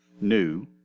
new